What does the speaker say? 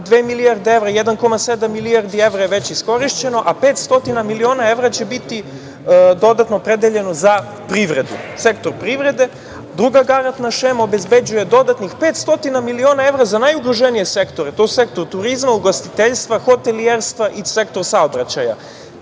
milijarde evra, 1,7 milijardi evra je već iskorišćeno, a 500 miliona evra će biti dodatno opredeljeno za privredu, sektor privrede. Druga garantna šema obezbeđuje dodatnih 500 miliona evra za najugroženije sektore. To je sektor turizma, ugostiteljstva, hotelijerstva i sektor saobraćaja. Izmene